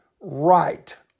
right